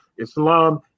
Islam